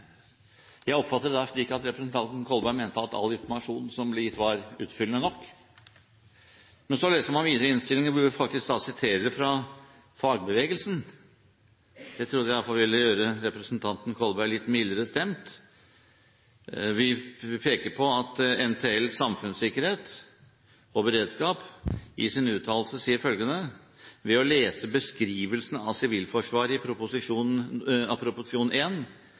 Jeg oppfatter det da slik at representanten Kolberg mente at all informasjon som blir gitt, var utfyllende nok. Men så leser man videre i innstillingen, hvor man faktisk siterer fra fagbevegelsen. Jeg trodde iallfall det ville gjøre representanten Kolberg litt mildere stemt. Vi peker på at NTL Samfunnssikkerhet og beredskap sier at «ved å lese beskrivelsene av Sivilforsvaret i St. prop. 1 er det få av